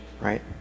right